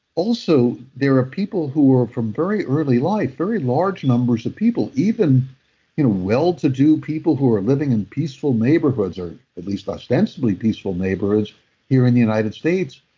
also, there are people who from very early life very large numbers of people, even well-to-do people who are living in peaceful neighborhoods, or at least ostensibly peaceful neighborhoods here in the united states,